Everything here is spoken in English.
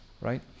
Right